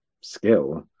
skill